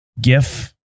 gif